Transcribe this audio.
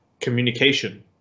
communication